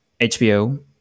HBO